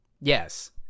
Yes